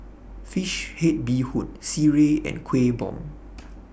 Fish Head Bee Hoon Sireh and Kueh Bom